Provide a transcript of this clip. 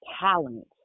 talent